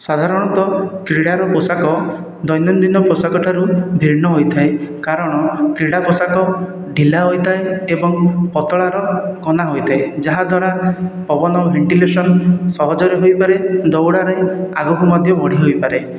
ସାଧାରଣତଃ କ୍ରୀଡ଼ାର ପୋଷାକ ଦୈନ୍ୟଦିନ ପୋଷାକଠାରୁ ଭିନ୍ନ ହୋଇଥାଏ କାରଣ କ୍ରୀଡ଼ା ପୋଷାକ ଢିଲା ହୋଇଥାଏ ଏବଂ ପତଳାର କନା ହୋଇଥାଏ ଯାହାଦ୍ୱାରା ପବନ ଭେଣ୍ଟିଲେସନ ସହଜରେ ହୋଇପାରେ ଦଉଡ଼ାରେ ଆଗକୁ ମଧ୍ୟ ବଢ଼ି ହୋଇପାରେ